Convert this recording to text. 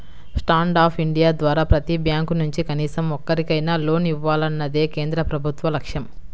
stand up India ద్వారా ప్రతి bank నుంచి కనీసం ఒక్కరికైనా లోన్ ఇవ్వాలన్నదే కేంద్ర ప్రభుత్వ లక్ష్యం